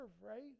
right